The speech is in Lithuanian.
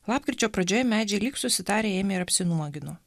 lapkričio pradžioje medžiai lyg susitarę ėmė ir apsinuogino